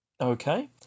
Okay